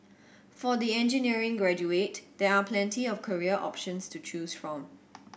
for the engineering graduate there are plenty of career options to choose from